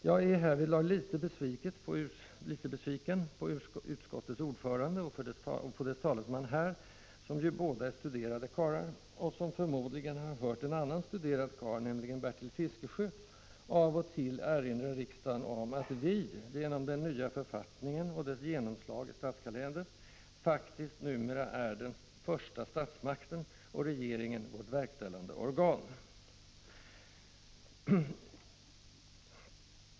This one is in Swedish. Jag är härvidlag litet besviken på utskottets ordförande och på dess talesman här, som ju båda är studerade karlar och som förmodligen har hört en annan studerad karl, nämligen Bertil Fiskesjö, av och till erinra riksdagen om att vi, genom den nya författningen och dess genomslag i statskalendern, faktiskt numera är den första statsmakten och regeringen vårt verkställande organ.